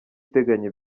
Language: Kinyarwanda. uteganya